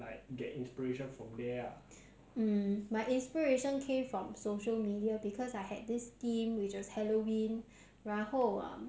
mm my inspiration came from social media because I had this theme which was halloween 然后 um